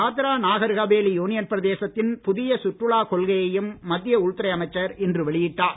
Dadra Nagar Haveli union பிரதேசத்தின் புதிய சுற்றுலா கொள்கையையும் மத்திய உள்துறை அமைச்சர் இன்று வெளியிட்டார்